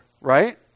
Right